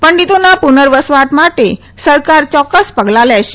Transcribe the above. પંડીતોના પુનર્વસવાટ માટે સરકાર ચોક્કસ પગલાં લેશે